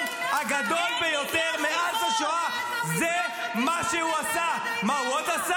הגדול ביותר מאז השואה -- מה הוא עשה?